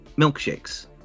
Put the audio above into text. milkshakes